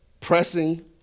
pressing